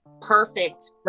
perfect